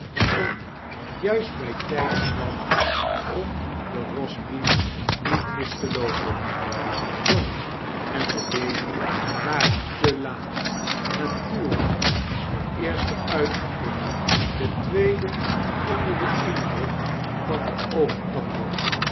om juist bijtijds kwam om de roastbeef niet mis te loopen johnny en de baby waren te laat natuurlijk de eerste uitgeput de tweede onder den indruk van de